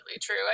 true